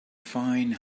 fine